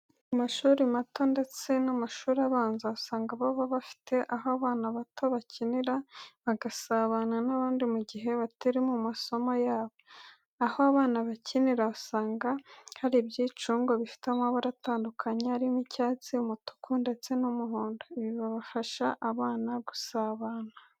Ku mashuri mato ndetse n'amashuri abanza, usanga baba bafite aho abana bato bakinira bagasabana n'abandi mu gihe batari mu masomo yabo. Aho abana bakinira usanga hari ibyicungo bifite amabara atandukanye arimo icyatsi, umutuku, ndetse n'umuhondo. Ibi bifasha abana gusabana.